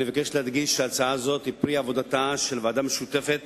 אני מבקש להדגיש שהצעה זו היא פרי עבודתה של ועדה משותפת